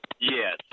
Yes